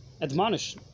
admonish